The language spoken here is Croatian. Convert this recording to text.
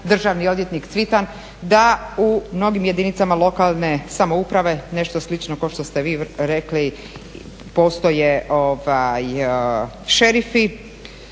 državni odvjetnik Cvitan da u mnogim jedinicama lokalne samouprave nešto slično kao što ste vi rekli postoje šerifi,